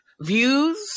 Views